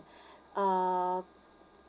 uh